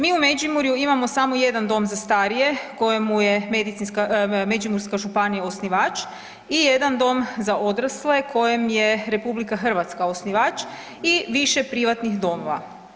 Mi u Međimurju imamo samo jedan dom za starije kojemu je Međimurska županija osnivač i jedan dom za odrasle kojem je Republika Hrvatska osnivač i više privatnih domova.